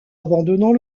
abandonnant